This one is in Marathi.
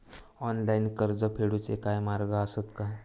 ऑनलाईन कर्ज फेडूचे काय मार्ग आसत काय?